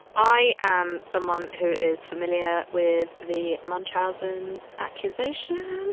i am someone who is familiar with the munchausen's accusations.